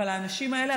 האנשים האלה,